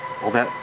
all that.